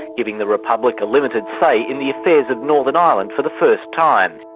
giving the republic a limited say in the affairs of northern ireland for the first time.